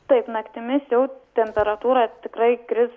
taip naktimis jau temperatūra tikrai kris